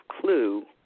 Clue